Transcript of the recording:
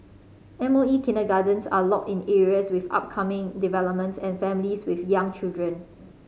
M O E kindergartens are located in areas with upcoming developments and families with young children